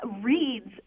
reads